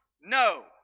no